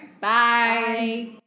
Bye